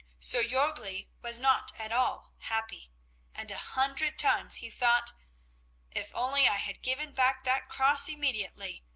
so jorgli was not at all happy and a hundred times he thought if only i had given back that cross immediately!